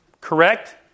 Correct